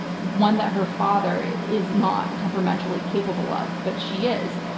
one that her father is is not temperamentally capable of. but she is.